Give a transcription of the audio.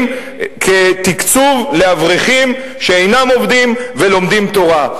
כתקצוב לאברכים שאינם עובדים ולומדים תורה.